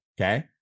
Okay